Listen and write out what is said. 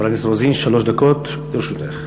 חברת הכנסת רוזין, שלוש דקות לרשותך.